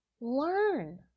Learn